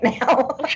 now